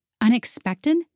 Unexpected